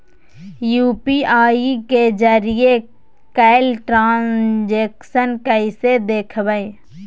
UPI के जरिए कैल ट्रांजेक्शन कैसे देखबै?